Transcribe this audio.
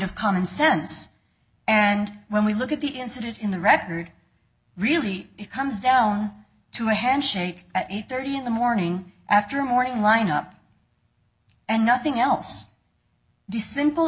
of common sense and when we look at the incident in the record really it comes down to a handshake at eight thirty in the morning after morning lineup and nothing else the simple